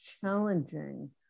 challenging